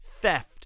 theft